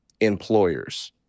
employers